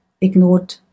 ignored